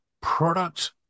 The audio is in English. product